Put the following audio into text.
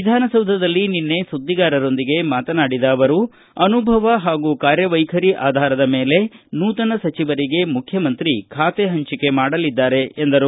ವಿಧಾನಸೌಧದಲ್ಲಿ ನಿನ್ನೆ ಸುದ್ಗಿಗಾರರೊಂದಿಗೆ ಮಾತನಾಡಿದ ಅವರು ಅನುಭವ ಹಾಗೂ ಕಾರ್ಯವೈಖರಿ ಆಧಾರದ ಮೇಲೆ ನೂತನ ಸಚಿವರುಗಳಿಗೆ ಮುಖ್ಯಮಂತ್ರಿ ಖಾತೆ ಹಂಚಿಕೆ ಮಾಡಲಿದ್ದಾರೆ ಎಂದರು